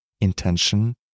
intention